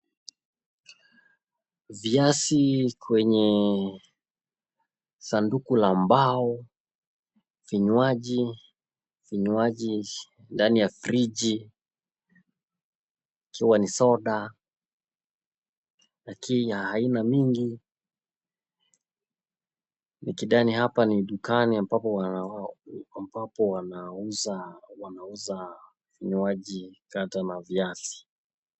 Viazi kwenye sanduku la mbao , vinywaji, vinywaji ndani ya friji. Ikiwa ni soda na kii ya aina mingi . Nikidhani hapa ni daka ambapo wanauza vinywaji kadhaa na viazi.